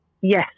Yes